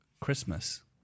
Christmas